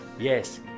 Yes